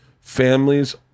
families